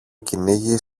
κυνήγι